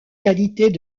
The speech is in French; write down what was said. qualités